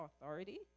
authority